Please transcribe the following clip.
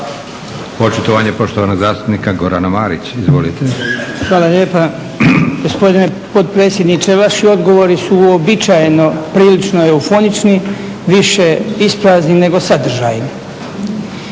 Očitovanje poštovanog zastupnika Gorana Marića. Izvolite. **Marić, Goran (HDZ)** Hvala lijepa. Gospodine potpredsjedniče, vaši odgovori su uobičajeno prilično euforični, više isprazni nego sadržajni.